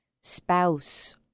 spouse